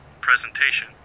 presentation